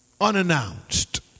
unannounced